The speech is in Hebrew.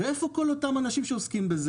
ואיפה כל אותם אנשים שעוסקים בזה?